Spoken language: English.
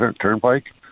Turnpike